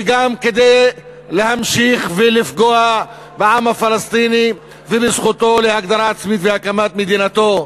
וגם כדי להמשיך לפגוע בעם הפלסטיני ובזכותו להגדרה עצמית ולהקמת מדינתו.